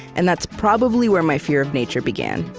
and that's probably where my fear of nature began.